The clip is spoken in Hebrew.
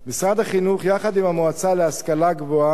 משרד החינוך, יחד עם המועצה להשכלה גבוהה,